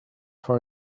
for